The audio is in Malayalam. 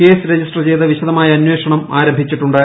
കേസ് രജിസ്റ്റർ ചെയ്ത് വിശദമായ അന്വേഷണം ആരംഭിച്ചിട്ടുണ്ട്